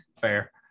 Fair